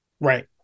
Right